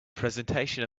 presentation